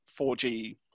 4G